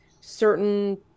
certain